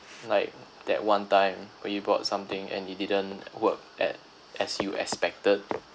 like that one time where you bought something and it didn't work at as you expected